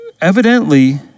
evidently